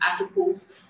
articles